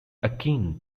akin